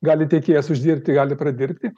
gali tiekėjas uždirbti gali pradirbti